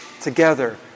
together